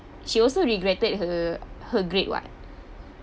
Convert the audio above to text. she also regretted her her grade [what]